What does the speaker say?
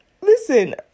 listen